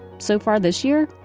so far this year,